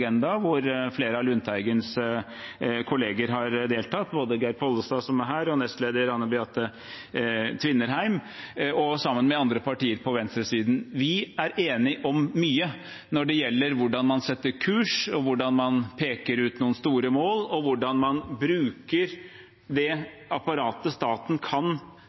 hvor flere av Lundteigens kollegaer har deltatt – både Geir Pollestad, som er her, og nestleder Anne Beathe Tvinnereim – sammen med andre partier på venstresiden. Vi er enige om mye når det gjelder hvordan man setter kurs, hvordan man peker ut noen store mål, og hvordan man bruker det apparatet staten kan